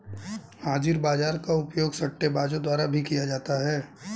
हाजिर बाजार का उपयोग सट्टेबाजों द्वारा भी किया जाता है